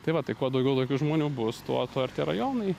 tai va tai kuo daugiau tokių žmonių bus tuo tuo ir tie rajonai